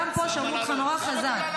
גם פה שמעו אותך חזק נורא.